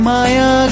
Maya